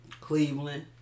Cleveland